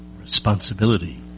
responsibility